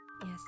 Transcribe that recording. Yes